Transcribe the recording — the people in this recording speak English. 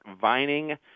vining